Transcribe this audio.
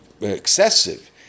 excessive